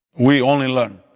we only learn.